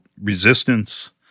resistance